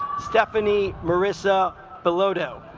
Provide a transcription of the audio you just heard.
stephanie marissa bellowed oh